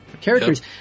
characters